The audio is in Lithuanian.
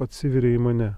atsiveria į mane